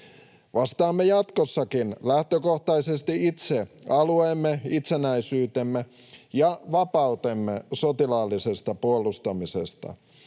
Vastaamme jatkossakin lähtökohtaisesti itse alueemme, itsenäisyytemme ja vapautemme sotilaallisesta puolustamisesta.